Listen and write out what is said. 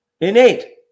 innate